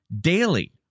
daily